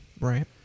right